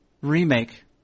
remake